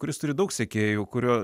kuris turi daug sekėjų kurio